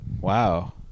Wow